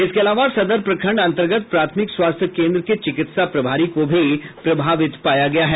इसके अलावा सदर प्रखंड अंतर्गत प्राथमिक स्वास्थ्य केंद्र के चिकित्सा प्रभारी को भी प्रभावित पाया गया है